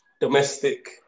domestic